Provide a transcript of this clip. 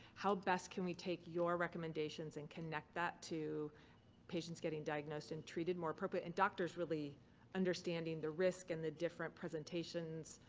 how best can we take your recommendations and connect that to patients getting diagnosed and treated more appropriate? and doctors really understanding the risk and the different presentations